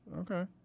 Okay